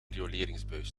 rioleringsbuis